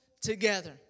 together